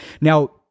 Now